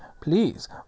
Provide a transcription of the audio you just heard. Please